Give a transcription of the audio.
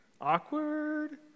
Awkward